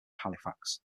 halifax